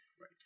right